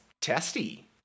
testy